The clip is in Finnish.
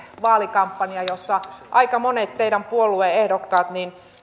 vaalikampanja jossa aika monet teidän puolueen ehdokkaat